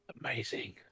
Amazing